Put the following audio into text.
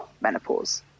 menopause